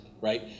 right